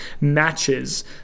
matches